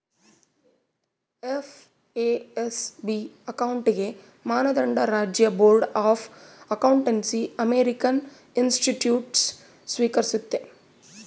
FASB accounting ಮಾನದಂಡ ರಾಜ್ಯ board of accountancy American institutes ಸ್ವೀಕರಿಸ್ತತೆ